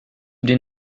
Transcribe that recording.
den